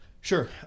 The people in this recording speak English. Sure